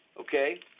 okay